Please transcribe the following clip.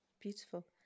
beautiful